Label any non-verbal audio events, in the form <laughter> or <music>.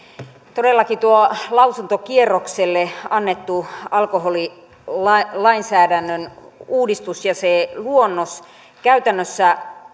todellakin tuo lausuntokierrokselle annettu alkoholilainsäädännön uudistus ja se luonnos käytännössä <unintelligible>